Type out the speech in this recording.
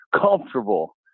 comfortable